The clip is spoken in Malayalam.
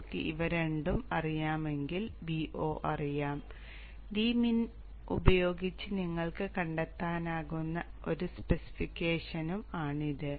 നിങ്ങൾക്ക് ഇവ രണ്ടും അറിയാമെങ്കിൽ Vo അറിയാം d min ഉപയോഗിച്ച് നിങ്ങൾക്ക് കണ്ടെത്താനാകുന്ന ഒരു സ്പെസിഫിക്കേഷനും ആണിത്